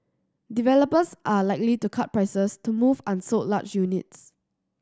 developers are likely to cut prices to move unsold large units